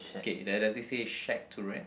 okay does does it say shack to rent